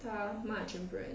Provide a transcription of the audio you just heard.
他骂全部人